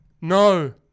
No